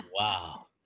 wow